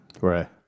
Right